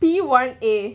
P one A